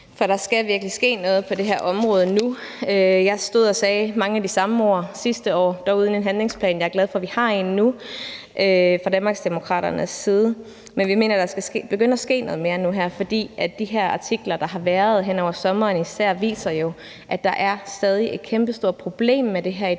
der skal virkelig ske noget på det her område nu. Jeg stod og sagde mange af de samme ord sidste år, dog uden en handlingsplan. Jeg er glad for, at vi har en nu fra Danmarksdemokraternes side. Men vi mener, der skal begynde at ske noget mere nu her, for de her artikler, der har været, især hen over sommeren, viser jo, at der stadig er et kæmpestort problem med det her i